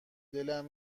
دلم